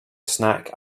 snack